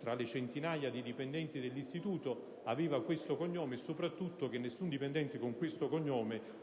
tra le centinaia dei dipendenti dell'istituto, aveva questo cognome, e soprattutto che nessun dipendente con questo cognome